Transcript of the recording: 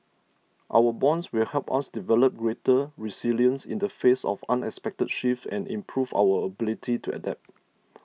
our bonds will help us develop greater resilience in the face of unexpected shifts and improve our ability to adapt